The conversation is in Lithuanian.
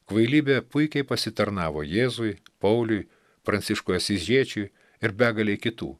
kvailybė puikiai pasitarnavo jėzui pauliui pranciškui asyžiečiui ir begalei kitų